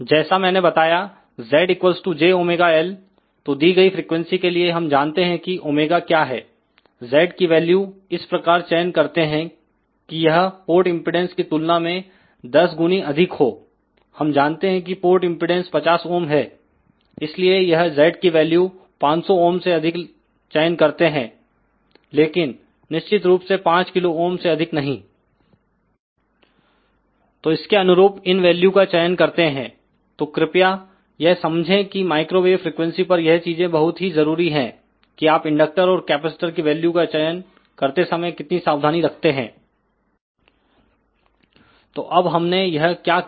जैसा मैंने बताया Z jωL तो दी गई फ्रीक्वेंसी के लिए हम जानते हैं कि ओमेगा क्या है Z की वैल्यू इस प्रकार चयन करते हैं कि यह पोर्ट इंपेडेंस की तुलना में 10 गुनी अधिक हो हम जानते हैं कि पोर्ट इंपेडेंस 50 ohm है इसलिए यह Z की वैल्यू 500 ohm से अधिक चयन करते हैं लेकिन निश्चित रूप से 5 किलो ओम से अधिक नहीं तो इसके अनुरूप इन वैल्यू का चयन करते हैं तो कृपया यह समझे कि माइक्रोवेव फ्रिकवेंसी पर यह चीजें बहुत ही जरूरी है कि आप इंडक्टर और कैपेसिटर की वैल्यू का चयन करते समय कितनी सावधानी रखते हैं तो अब हमने यह क्या किया